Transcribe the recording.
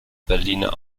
berliner